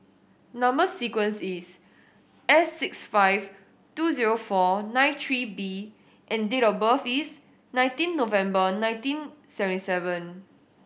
number sequence is S six five two zero four nine three B and date of birth is nineteen November nineteen seventy seven